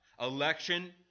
Election